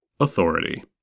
Authority